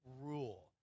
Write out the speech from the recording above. rule